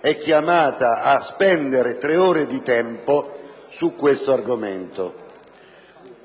è chiamata a spendere tre ore di tempo su tale argomento.